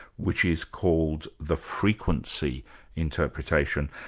which is called the frequency interpretation.